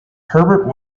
herbert